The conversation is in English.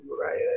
right